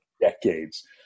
decades